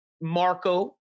Marco